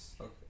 Okay